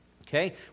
Okay